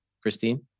christine